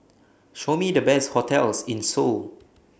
Show Me The Best hotels in Seoul